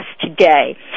today